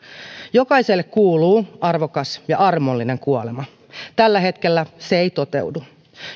jokaiselle kuuluu arvokas ja armollinen kuolema tällä hetkellä se ei toteudu